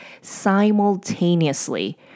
simultaneously